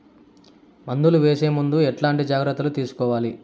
మందులు వేసే ముందు ఎట్లాంటి జాగ్రత్తలు తీసుకోవాలి?